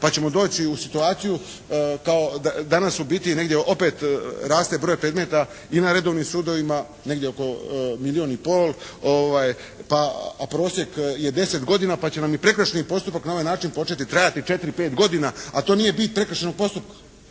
pa ćemo doći u situaciju kao, danas u biti negdje opet raste broj predmeta i na redovnim sudovima negdje oko milijon i pol, a prosjek je 10 godina pa će nam i prekršajni postupak na ovaj način početi trajati 4, 5 godina, a to nije bit prekršajnog postupka,